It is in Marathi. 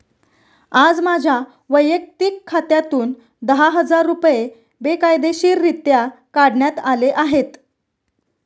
आज माझ्या वैयक्तिक खात्यातून दहा हजार रुपये बेकायदेशीररित्या काढण्यात आले आहेत